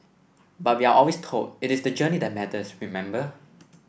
but we are always told it is the journey that matters remember